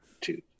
two